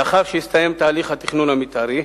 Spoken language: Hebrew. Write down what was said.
לאחר שיסתיים תהליך התכנון המיתארי,